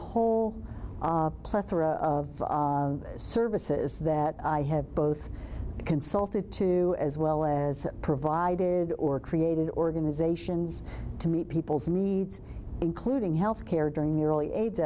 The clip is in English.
whole a plethora of services that i have both consulted to as well as provided or created organizations to meet people's needs including health care during the early aids